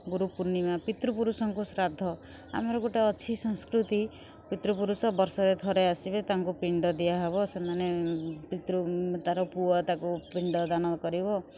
ଗୁରୁ ପୁର୍ଣିମା ପିତୃପୁରୁଷଙ୍କୁ ଶ୍ରାଦ୍ଧ ଆମର ଗୋଟେ ଅଛି ସଂସ୍କୃତି ପିତୃପୁରୁଷ ବର୍ଷରେ ଥରେ ଆସିବେ ତାଙ୍କୁ ପିଣ୍ଡ ଦିଆହେବ ସେମାନେ ପିତୃ ତା'ର ପୁଅ ତାକୁ ପିଣ୍ଡ ଦାନ କରିବ